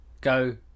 go